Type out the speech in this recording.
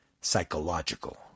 psychological